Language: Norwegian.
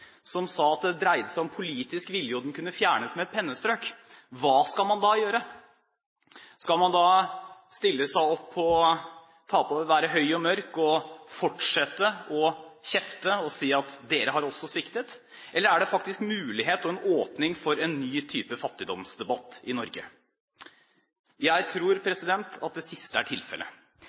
som sa at det dreide seg om politisk vilje, og at den kunne fjernes med et pennestrøk, hva skal man da gjøre? Skal man da være høy og mørk og fortsette å kjefte og si at dere har også sviktet? Eller er det faktisk en mulighet og en åpning for en ny type fattigdomsdebatt i Norge? Jeg tror at det siste er tilfellet.